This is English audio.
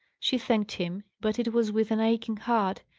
she thanked him, but it was with an aching heart,